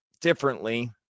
differently